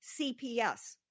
CPS